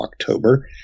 October